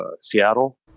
Seattle